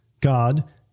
God